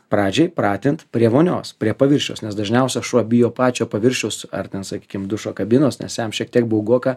pradžiai pratint prie vonios prie paviršiaus nes dažniausia šuo bijo pačio paviršiaus ar ten sakykim dušo kabinos nes jam šiek tiek baugoka